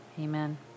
Amen